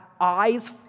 eyes